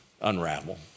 unravel